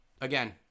again